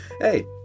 hey